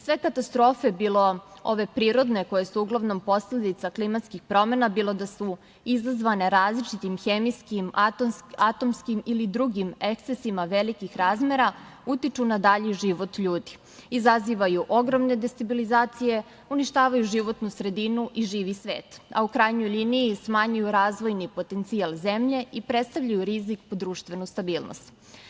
Sve katastrofe, bilo ove prirodne koje su uglavnom posledica klimatskih promena, bilo da su izazvane različitim hemijskim, atomskim ili drugim ekscesnim velikih razmera, utiču na dalji život ljudi, izazivaju ogromne destabilizacije, uništavaju životnu sredinu i živi svet, a u krajnjoj liniji smanjuju razvojni potencijal zemlje i predstavljaju rizik po društvenu stabilnost.